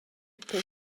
per